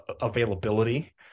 availability